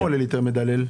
כמה עולה ליטר מדלל?